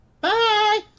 Bye